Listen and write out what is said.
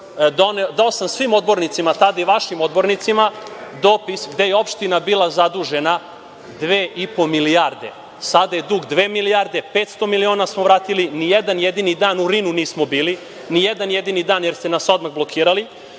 dao sam svim odbornicima tada i vašim odbornicima dopis gde je opština bila zadužena dve i po milijarde. Sada je dug dve milijarde, 500 miliona smo vratili, ni jedan jedini dan u „RIN“ nismo bili, ni jedan jedini dan jer ste nas odmah blokirali.